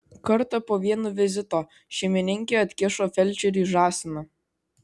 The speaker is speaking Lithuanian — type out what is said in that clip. kartą po vieno vizito šeimininkė atkišo felčeriui žąsiną